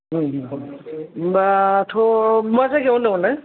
अ नोंथां होम्बाथ' मा जायगायाव होनदोंमोनलाय